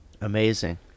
Amazing